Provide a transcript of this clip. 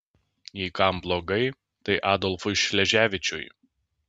jei kam blogai tai adolfui šleževičiui